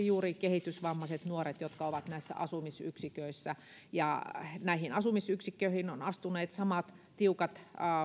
juuri kehitysvammaisia nuoria jotka ovat näissä asumisyksiköissä niin näihin asumisyksikköihin ovat astuneet samat tiukat